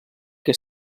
que